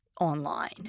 online